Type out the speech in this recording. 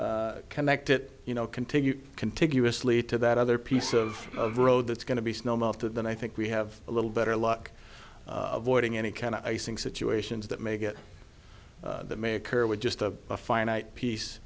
connect it you know continue contiguously to that other piece of road that's going to be snow melted then i think we have a little better luck of voiding any kind of icing situations that may get that may occur with just a finite piece